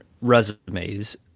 resumes